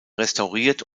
restauriert